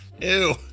Ew